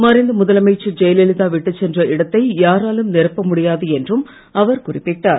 மறைந்த முதலமைச்சர் ஜெயலலிதா விட்டுச் சென்ற இடத்தை யாராலும் நிரப்ப முடியாது என்றும் அவர் குறிப்பிட்டார்